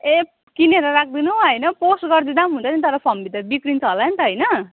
ए किनेर राखिदिनु होइन पोस्ट गरिदिँदा पनि हुन्छ नि तर फम्बी त तर बिग्रिन्छ होला नि त होइन